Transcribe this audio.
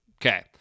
Okay